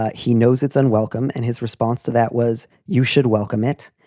ah he knows it's unwelcome. and his response to that was you should welcome it.